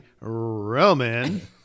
Roman